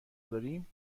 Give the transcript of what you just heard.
داریم